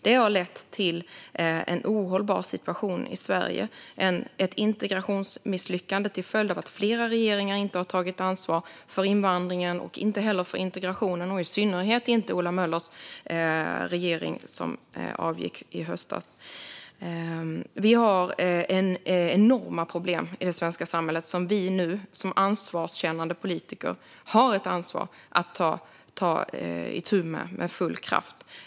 Det har lett till en ohållbar situation i Sverige med ett integrationsmisslyckande till följd av att flera regeringar inte har tagit ansvar för invandringen eller integrationen, i synnerhet inte Ola Möllers regering som avgick i höstas. Det finns enorma problem i det svenska samhället som vi som ansvarskännande politiker med full kraft nu ska ta itu med.